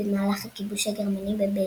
במהלך הכיבוש הגרמני בבלגיה,